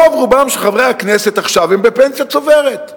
רוב רובם של חברי הכנסת עכשיו הם בפנסיה צוברת,